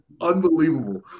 unbelievable